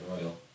royal